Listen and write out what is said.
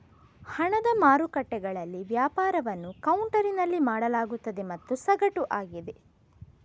ಹಣದ ಮಾರುಕಟ್ಟೆಗಳಲ್ಲಿ ವ್ಯಾಪಾರವನ್ನು ಕೌಂಟರಿನಲ್ಲಿ ಮಾಡಲಾಗುತ್ತದೆ ಮತ್ತು ಸಗಟು ಆಗಿದೆ